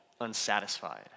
unsatisfied